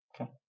okay